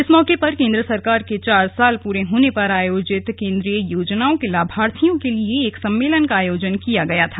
इस मौके पर केन्द्र सरकार के चार साल पूरे होने पर आयोजित केन्द्रीय योजनाओं के लाभार्थियों के लिए एक सम्मेलन का आयोजन किया गया था